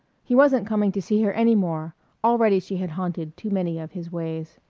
he wasn't coming to see her any more already she had haunted too many of his ways.